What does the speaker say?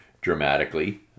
dramatically